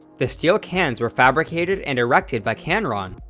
the steel cans were fabricated and erected by canron,